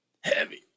heavy